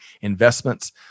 investments